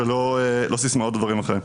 ולא סיסמאות או דברים אחרים.